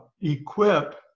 equip